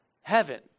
heaven